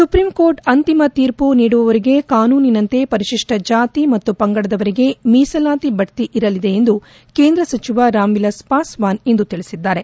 supreme court ಅಂತಿಮ ತೀರ್ಪು ನೀಡುವವರೆಗೆ ಕಾನೂನಿನಂತೆ ಪರಿಶಿಷ್ಷ ಜಾತಿ ಮತ್ತು ಪಂಗಡದವರಿಗೆ ಮೀಸಲಾತಿ ಬಡ್ತಿ ಇರಲಿದೆ ಎಂದು ಕೇಂದ್ರ ಸಚಿವ ರಾಮ್ ವಿಲಾಸ್ ಪಾಸ್ನಾನ್ ಇಂದು ತಿಳಿಸಿದ್ದಾರೆ